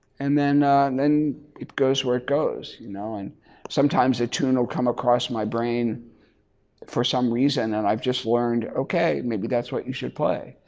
and then then it goes where it goes. you know and sometimes the tune will come across my brain for some reason and i've just learned okay maybe that's what you should play.